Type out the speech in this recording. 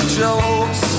jokes